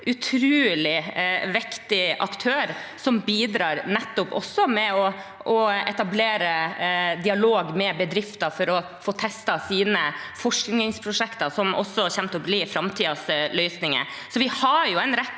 utrolig viktig aktør, som også bidrar med å etablere dialog med bedrifter for å få testet sine forskningsprosjekter, som også kommer til å bli framtidens løsninger. Så vi har en rekke